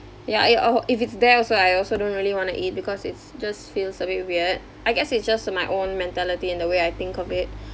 ya it oh if it's there also I also don't really want to eat because it's just feels a bit weird I guess it's just my own mentality in the way I think of it